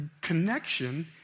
connection